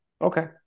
Okay